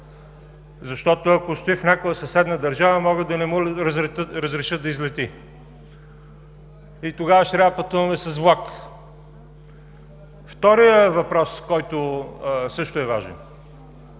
Защото, ако стои в някоя съседна държава, могат да не му разрешат да излети и тогава ще трябва да пътуваме с влак. Вторият въпрос, който също е важен.